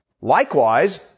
Likewise